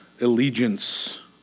allegiance